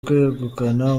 kwegukana